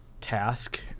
task